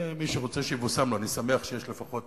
ומי שרוצה, שיבושם לו, אני שמח שיש לפחות